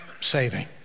saving